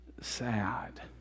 sad